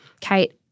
Kate